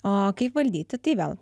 o kaip valdyti tai vėl